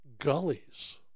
gullies